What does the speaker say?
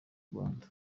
rwanda